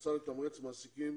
הוצע לתמרץ מעסיקים